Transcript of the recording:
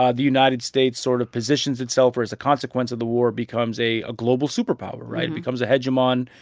ah the united states sort of positions itself or as a consequence of the war becomes a a global superpower, right? it becomes a hegemon.